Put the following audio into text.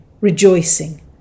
rejoicing